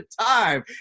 time